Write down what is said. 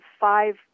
five